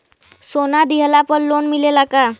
सोना दिहला पर लोन मिलेला का?